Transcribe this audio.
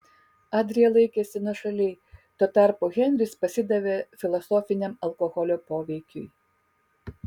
adrija laikėsi nuošaliai tuo tarpu henris pasidavė filosofiniam alkoholio poveikiui